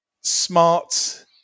smart